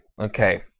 Okay